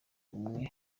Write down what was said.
umwe